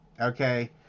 Okay